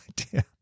idea